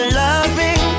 loving